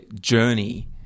journey